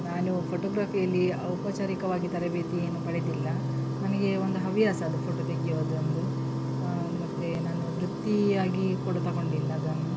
ನಾನು ಫೋಟೊಗ್ರಫಿಯಲ್ಲಿ ಔಪಚಾರಿಕವಾಗಿ ತರಬೇತಿ ಏನು ಪಡೆದಿಲ್ಲ ನನಗೆ ಒಂದು ಹವ್ಯಾಸ ಅದು ಫೋಟೊ ತೆಗೆಯೋದೊಂದು ಮತ್ತು ನಾನು ವೃತ್ತಿಯಾಗಿ ಕೂಡ ತಗೊಂಡಿಲ್ಲ ಅದನ್ನು